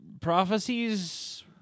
prophecies